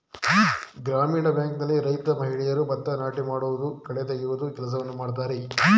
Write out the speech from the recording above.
ಗ್ರಾಮೀಣ ಭಾಗದಲ್ಲಿ ರೈತ ಮಹಿಳೆಯರು ಭತ್ತ ನಾಟಿ ಮಾಡುವುದು, ಕಳೆ ತೆಗೆಯುವ ಕೆಲಸವನ್ನು ಮಾಡ್ತರೆ